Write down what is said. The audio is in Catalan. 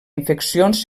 infeccions